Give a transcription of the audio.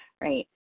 right